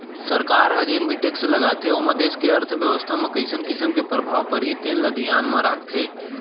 सरकार ह जेन भी टेक्स लगाथे ओमा देस के अर्थबेवस्था म कइसन किसम के परभाव परही तेन ल धियान म राखथे